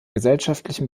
gesellschaftlichen